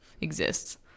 exists